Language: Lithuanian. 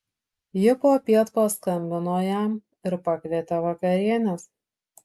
ji popiet paskambino jam ir pakvietė vakarienės